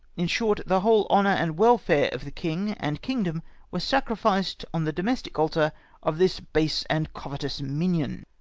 in short, the whole honour and welfare of the king and kingdom were sacrificed on the domestic altar of this base and covetous minion!